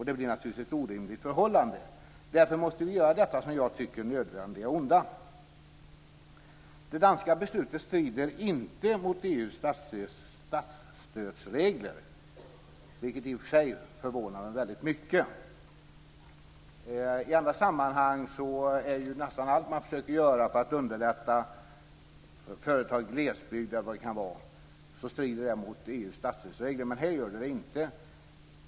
Det är naturligtvis ett orimligt förhållande. Därför måste vi göra detta som jag tycker nödvändiga onda. Det danska beslutet strider inte mot EU:s statsstödsregler, vilket i och för sig förvånar mig mycket. I andra sammanhang är nästan allt man försöker göra för att underlätta företag i glesbygd, eller vad det nu kan vara, sådant som strider mot EU:s statsstödsregler. Men här gör det det inte.